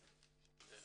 קודם כל, כמו